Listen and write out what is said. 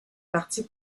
parti